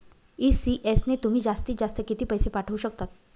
ECS ने तुम्ही जास्तीत जास्त किती पैसे पाठवू शकतात?